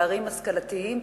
פערים השכלתיים,